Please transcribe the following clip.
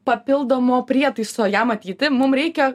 papildomo prietaiso ją matyt mum reikia